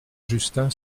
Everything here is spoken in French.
justin